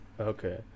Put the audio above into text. Okay